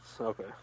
Okay